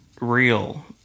real